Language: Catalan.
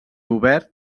obert